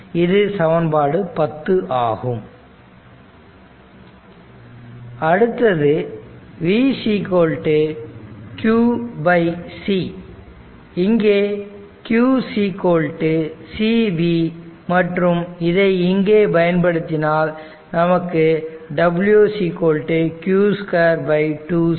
இது சமன்பாடு 10 ஆகும் அடுத்தது v q c இங்கே q c v மற்றும் இதை இங்கே பயன்படுத்தினால் நமக்கு w q 2 2 c